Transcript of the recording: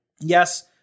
Yes